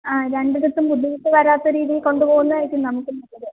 ആ രണ്ടിടത്തും ബുദ്ധിമുട്ട് വരാത്ത രീതിയിൽ കൊണ്ട് പോവുന്നതായിരിക്കും നമുക്കും നല്ലത്